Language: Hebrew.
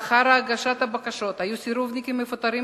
לאחר הגשת הבקשות היו הסירובניקים מפוטרים